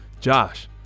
Josh